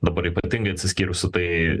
dabar ypatingai atsiskyrusi tai